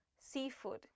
Seafood